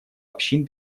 общин